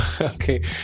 okay